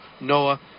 Noah